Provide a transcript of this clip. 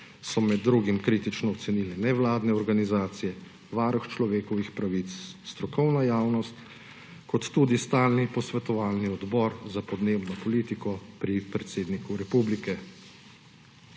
so med drugim kritično ocenili nevladne organizacije, Varuh človekovih pravic, strokovna javnost kot tudi Stalni posvetovalni odbor za podnebno politiko pri predsedniku republike.